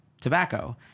tobacco